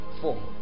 Four